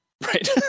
Right